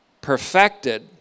perfected